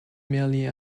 merely